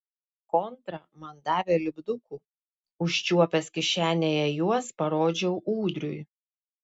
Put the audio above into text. kontra man davė lipdukų užčiuopęs kišenėje juos parodžiau ūdriui